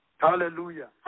Hallelujah